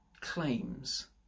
claims